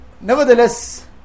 nevertheless